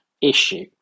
issue